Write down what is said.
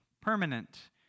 permanent